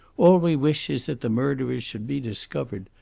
all we wish is that the murderers should be discovered.